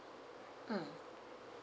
mm